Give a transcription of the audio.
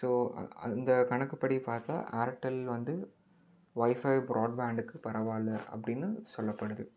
so அந்த கணக்குபடி பார்த்தா ஆர்டெல் வந்து வைஃபை ப்ராட்பேண்டுக்கு பரவாயில்லை அப்படின்னு சொல்லப்படுது